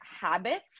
habits